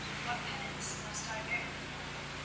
what penance must i bear, father?